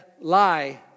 lie